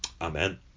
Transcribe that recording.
amen